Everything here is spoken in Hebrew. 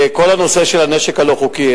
כל הנושא של הנשק הלא-חוקי,